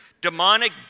Demonic